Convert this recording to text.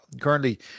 currently